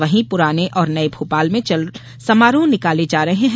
वहीं पुराने और नये भोपाल में चल समारोह निकाले जा रहे है